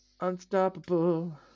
unstoppable